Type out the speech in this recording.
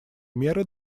меры